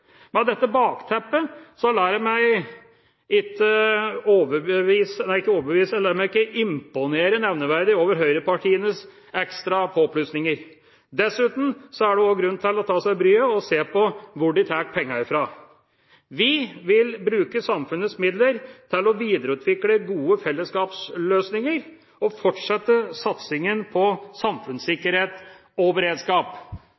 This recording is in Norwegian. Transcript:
Med dette bakteppet lar jeg meg ikke imponere nevneverdig av høyrepartienes ekstra påplussinger. Dessuten er det også grunn til å ta seg bryet med å se på hvor de tar pengene ifra. Vi vil bruke samfunnets midler til å videreutvikle gode fellesskapsløsninger og fortsette satsingen på